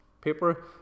paper